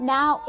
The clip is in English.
Now